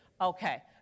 okay